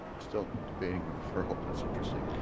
still debating the referral, that's interesting.